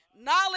Knowledge